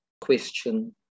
question